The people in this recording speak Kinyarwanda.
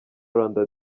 rwanda